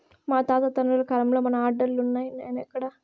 మా తాత తండ్రుల కాలంల మన ఆర్డర్లులున్నై, నేడెక్కడ